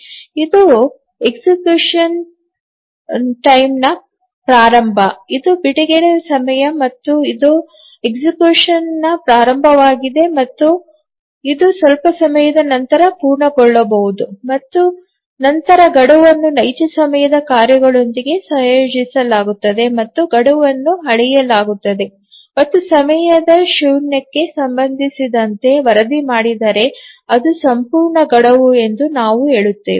ಇದು ಮರಣದಂಡನೆಯ ಪ್ರಾರಂಭ ಇದು ಬಿಡುಗಡೆಯ ಸಮಯ ಮತ್ತು ಇದು ಮರಣದಂಡನೆಯ ಪ್ರಾರಂಭವಾಗಿದೆ ಮತ್ತು ಇದು ಸ್ವಲ್ಪ ಸಮಯದ ನಂತರ ಪೂರ್ಣಗೊಳ್ಳಬಹುದು ಮತ್ತು ನಂತರ ಗಡುವನ್ನು ನೈಜ ಸಮಯದ ಕಾರ್ಯಗಳೊಂದಿಗೆ ಸಂಯೋಜಿಸಲಾಗುತ್ತದೆ ಮತ್ತು ಗಡುವನ್ನು ಅಳೆಯಲಾಗುತ್ತದೆ ಮತ್ತು ಸಮಯದ ಶೂನ್ಯಕ್ಕೆ ಸಂಬಂಧಿಸಿದಂತೆ ವರದಿ ಮಾಡಿದರೆ ಅದು ಸಂಪೂರ್ಣ ಗಡುವು ಎಂದು ನಾವು ಹೇಳುತ್ತೇವೆ